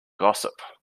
gossip